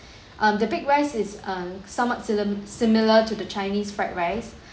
um the big rice is um somewhat sim~ similar to the chinese fried rice